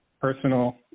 personal